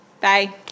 Bye